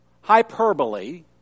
hyperbole